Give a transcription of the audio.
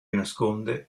nasconde